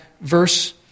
verse